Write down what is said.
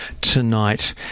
tonight